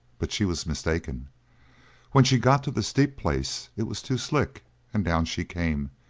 but she was mistaken when she got to the steep place it was too slick and down she came,